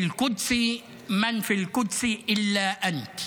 אל-קודס אל-שריף,